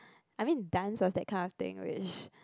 I mean dance of that kind of thing which